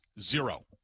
Zero